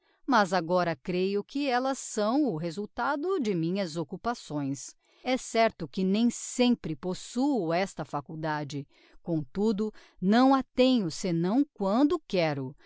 mas agora creio que ellas são o resultado de minhas occupações é certo que nem sempre possúo esta faculdade comtudo não a tenho senão quando quero